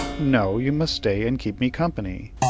no you must stay and keep me company.